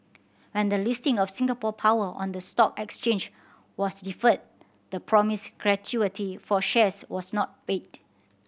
when the listing of Singapore Power on the stock exchange was deferred the promised gratuity for shares was not paid